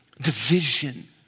division